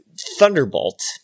Thunderbolt